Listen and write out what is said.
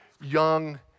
young